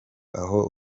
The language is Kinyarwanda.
aho